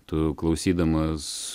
tu klausydamas